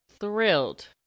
thrilled